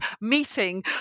meeting